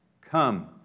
come